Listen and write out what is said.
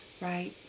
Right